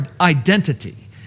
identity